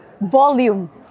volume